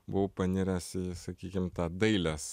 buvau paniręs į sakykim dailės